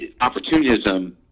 opportunism